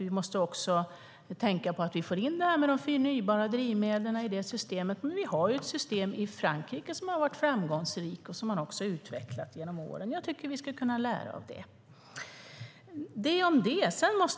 Vi måste också tänka på att få in de förnybara drivmedlen i systemet. I Frankrike har det funnits ett framgångsrikt system som har utvecklats genom åren. Jag tycker att vi ska lära av det.